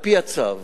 על-פי הצו,